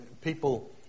people